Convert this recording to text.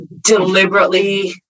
deliberately